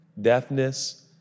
deafness